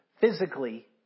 physically